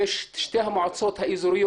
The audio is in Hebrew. יש את שתי המועצות האזוריות